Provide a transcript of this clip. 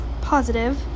positive